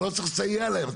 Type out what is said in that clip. אתה לא צריך לסייע להם.